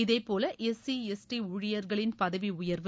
இதேபோல S C S T ஊழியர்களின் பதவி உயர்வு